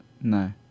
No